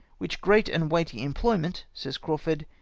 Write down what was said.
which great and weighty employment, says crawfurd,